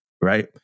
right